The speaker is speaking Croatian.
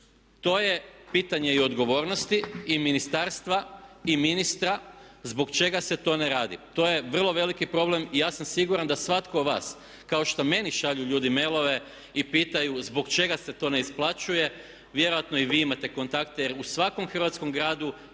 To je pitanje i odgovornosti i ministarstva i ministra zbog čega se to ne radi. To je vrlo veliki problem i ja sam siguran da svatko od vas kao što meni šalju ljudi mailove i pitaju zbog čega se to ne isplaćuje, vjerojatno i vi imate kontakte jer u svakom Hrvatskom gradu